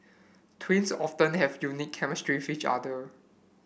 twins often have unique chemistry each other